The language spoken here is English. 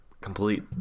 complete